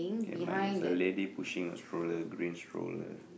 kay mine is the lady pushing a stroller green stroller